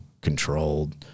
controlled